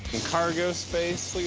and cargo space,